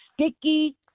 sticky